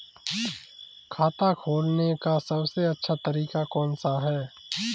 खाता खोलने का सबसे अच्छा तरीका कौन सा है?